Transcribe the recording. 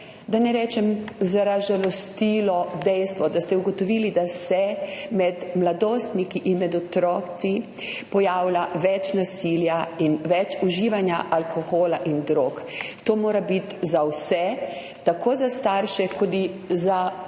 da ne rečem razžalostilo dejstvo, da ste ugotovili, da se med mladostniki in med otroci pojavlja več nasilja in več uživanja alkohola in drog. To mora biti za vse, tako za starše kot tudi za